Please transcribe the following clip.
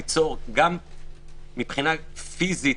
ליצור גם מבחינה פיזית,